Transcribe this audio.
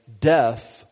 death